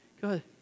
Good